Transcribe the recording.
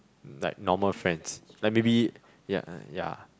like normal friends like maybe ya uh ya